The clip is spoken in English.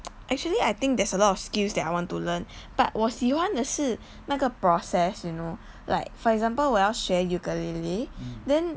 actually I think there's a lot of skills that I want to learn but 我喜欢的是那个 process you know like for example 我要学 ukulele then